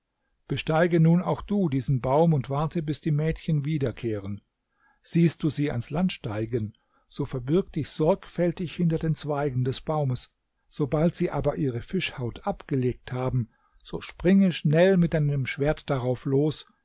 besteige nun auch du diesen baum und warte bis die mädchen wiederkehren siehst du sie ans land steigen so verbirg dich sorgfältig hinter den zweigen des baumes sobald sie aber ihre fischhaut abgelegt haben so springe schnell mit deinem schwert darauf los